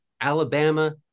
Alabama